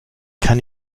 kann